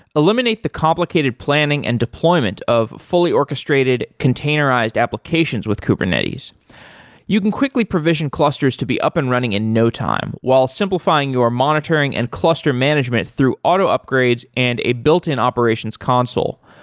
eliminate the complicated planning and deployment of fully orchestrated containerized applications with kubernetes you can quickly provision clusters to be up and running in no time, while simplifying your monitoring and cluster management through auto upgrades and a built-in operations console.